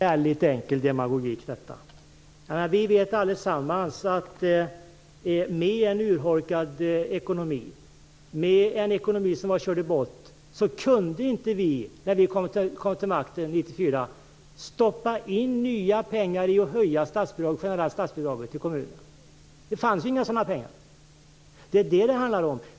Fru talman! Det är förfärligt enkel demagogi. Vi vet alla att vi med en urholkad ekonomi som var körd i botten inte kunde 1994 när vi kom till makten stoppa in nya pengar för att höja statsbidragen till kommunerna. Det fanns inga sådana pengar. Det är detta det handlar.